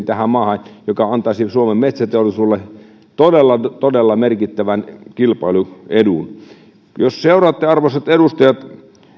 tähän maahan valtavan kuljetuskapasiteetin joka antaisi suomen metsäteollisuudelle todella todella merkittävän kilpailuedun jos seuraatte arvoisat edustajat